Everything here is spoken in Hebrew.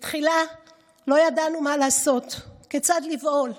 בתחילה לא ידענו מה לעשות, כיצד לפעול.